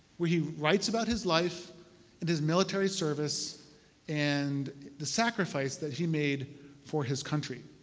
where he writes about his life and his military service and the sacrifice that he made for his country.